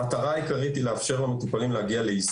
אתם לא פועלים על פי הנהלים,